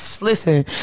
Listen